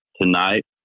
tonight